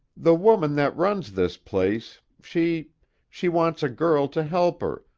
the woman that runs this place, she she wants a girl to help her,